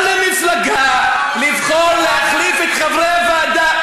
מותר למפלגה לבחור להחליף את חברי הוועדה,